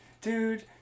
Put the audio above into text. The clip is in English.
dude